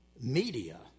media